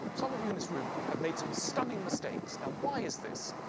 some of you in this room have made some stunning mistakes. now, why is this?